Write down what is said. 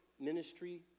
ministry